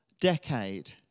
decade